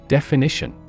Definition